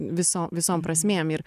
visom prasmėm ir